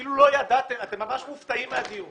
כאילו לא ידעתם ואתם ממש מופתעים מהדיון